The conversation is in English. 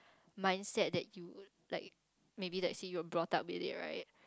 mindset that you like maybe let's say you are brought up with it right